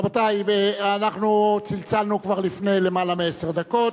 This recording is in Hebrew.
רבותי, אנחנו צלצלנו כבר לפני למעלה מעשר דקות,